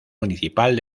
municipal